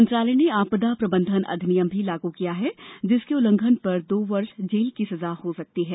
मंत्रालय ने आपदा प्रबंधन अधिनियम भी लागू किया है जिसके उल्लंघन पर दो वर्ष जेल की सजा हो सकती है